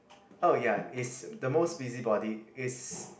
oh ya it's the most busybody is